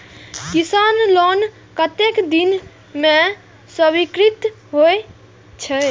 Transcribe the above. किसान लोन कतेक दिन में स्वीकृत होई छै?